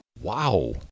Wow